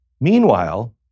Meanwhile